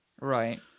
Right